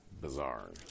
bizarre